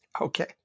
Okay